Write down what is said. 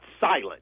silent